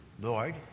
Lord